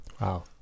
Wow